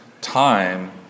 time